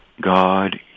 God